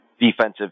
defensive